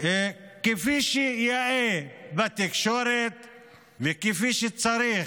כפי שיאה וכפי שצריך,